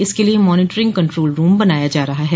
इसके लिये monitoring control room बनाया जा रहा है